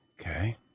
Okay